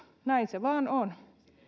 näin se vaan on